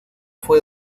fue